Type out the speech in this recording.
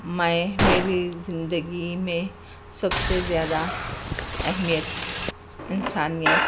میں میری زندگی میں سب سے زیادہ اہمیت انسانیت